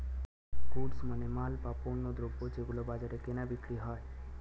goods মানে মাল, বা পণ্যদ্রব যেগুলো বাজারে কেনা বিক্রি হয়